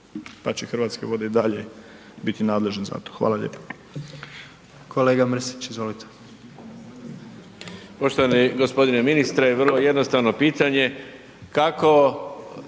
pa će Hrvatske vode i dalje biti nadležne za to. Hvala lijepo. **Jandroković,